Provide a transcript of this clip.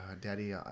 Daddy